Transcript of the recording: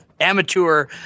amateur